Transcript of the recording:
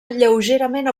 lleugerament